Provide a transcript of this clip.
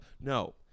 No